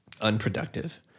unproductive